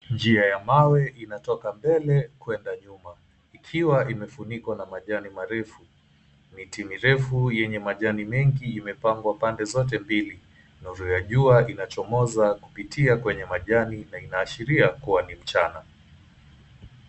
Njia ya mawe inatoka mbele kwenda nyuma ikiwa imefunikwa na majani marefu, miti mirefu yenye majani mengi imepengwa pande zote mbili, novu ya jua inachomoza kupitia kwenye majani na inaashiria kuwa ni mchana.